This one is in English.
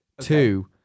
Two